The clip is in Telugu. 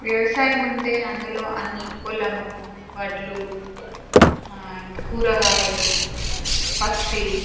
వ్యవసాయం అంటే అందులో అన్ని పొలము వడ్లు ఇంక్ కూరగాయలు పత్తి